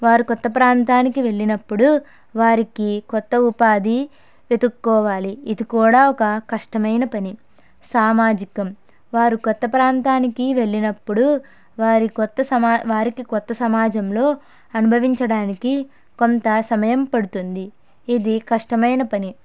వారు కొత్త ప్రాంతానికి వెళ్ళినప్పుడు వారికి కొత్త ఉపాధి వెతుక్కోవాలి ఇది కూడా ఒక కష్టమైన పని సామాజికం వారు కొత్త ప్రాంతానికి వెళ్ళినప్పుడు వారి కొత్త సమా వారికి కొత్త సమాజంలో అనుభవించడానికి కొంత సమయం పడుతుంది ఇది కష్టమైన పని